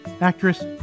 actress